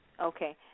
Okay